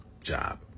job